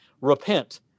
repent